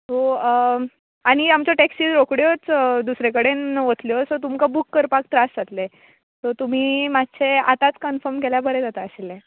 so आनी आमच्यो taxi रोखड्योच दुसरे कडेन वतल्यो सो तुमकां बूक करपाक त्रास जातले सो तुमी मातशें आतांच कनफर्म केल्यार बरें जाता आशिल्लें